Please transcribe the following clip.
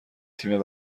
تیم